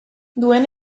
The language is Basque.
duen